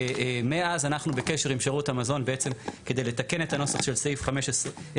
ומאז אנחנו בקשר עם שירות המזון בעצם כדי לתקן את הנוסח של סעיף 11(ג).